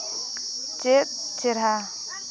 ᱪᱮᱫ ᱪᱮᱨᱦᱟ